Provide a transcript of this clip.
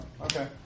okay